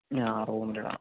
ആ റൂമിലിടാൻ